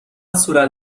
صورت